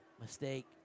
mistake